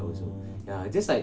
orh